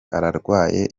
ararwaye